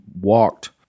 walked